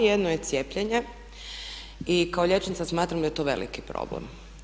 Jedno je cijepljenje i kao liječnica smatram da je to veliki problem.